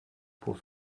pour